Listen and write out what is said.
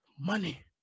Money